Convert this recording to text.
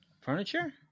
Furniture